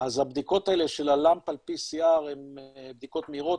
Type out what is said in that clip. אז הבדיקות האלה של ה LAMP על PCR הן בדיקות מהירות,